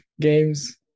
games